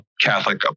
Catholic